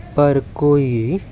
पर कोई